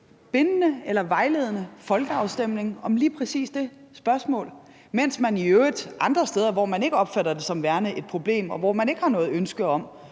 bindende eller en vejledende folkeafstemning om lige præcis det spørgsmål, mens der i øvrigt kan være andre steder, hvor man ikke opfatter det som værende et problem, og hvor man ikke har noget ønske om